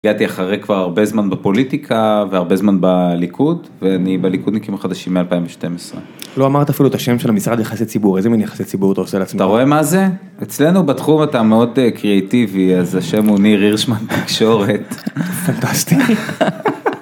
הגעתי אחרי כבר הרבה זמן בפוליטיקה והרבה זמן בליכוד ואני בליכודניקים החדשים מ-2012. לא אמרת אפילו את השם של המשרד יחסי ציבור, איזה מין יחסי ציבור אתה עושה לעצמך? אתה רואה מה זה? אצלנו בתחום אתה מאוד קריאיטיבי אז השם הוא ניר הירשמן תקשורת. פנטסטי.